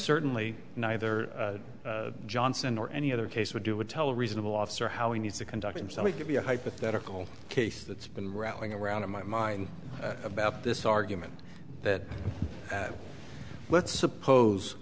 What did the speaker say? certainly neither johnson or any other case would do would tell a reasonable officer how we need to conduct him so he could be a hypothetical case that's been rattling around in my mind about this argument that let's suppose